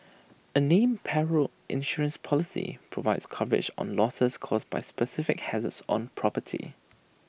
A named Perils Insurance Policy provides coverage on losses caused by specific hazards on property